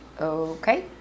Okay